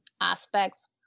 aspects